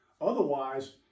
Otherwise